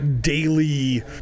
daily